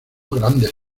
grandes